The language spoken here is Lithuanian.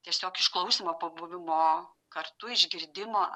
tiesiog išklausymo pabuvimo kartu išgirdimo